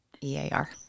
E-A-R